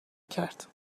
کرد